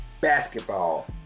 basketball